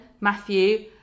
matthew